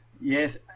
Yes